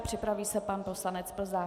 Připraví se pan poslanec Plzák.